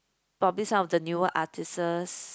probably some of the newer artists